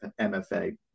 MFA